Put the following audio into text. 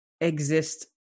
exist